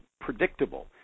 predictable